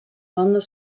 landen